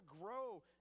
grow